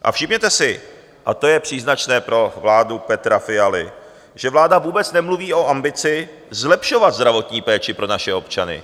A všimněte si, a to je příznačné pro vládu Petra Fialy, že vláda vůbec nemluví o ambici zlepšovat zdravotní péči pro naše občany.